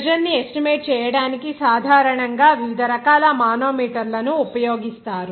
pressure ని estimate చేయడానికి సాధారణంగా వివిధ రకాల మానోమీటర్ల ను ఉపయోగిస్తారు